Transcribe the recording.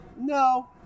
No